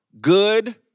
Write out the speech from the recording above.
Good